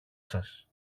σας